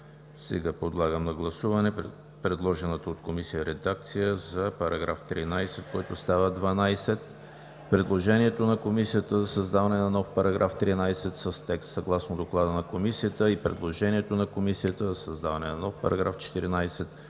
Сега подлагам на гласуване предложената от Комисията редакция за § 13, който става § 12, предложението на Комисията за създаване на нов § 13 с текст съгласно Доклада на Комисията, и предложението на Комисията за създаване на нов § 14